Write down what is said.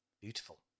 Beautiful